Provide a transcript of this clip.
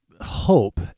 hope